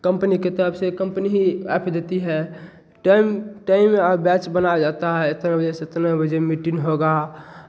company की तरफ़ से कंपनी ही ऐप देती है टैम टइम या बैच बनाया जाता है इतने बजे से इतने बजे मीटिंग होगा